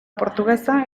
portuguesa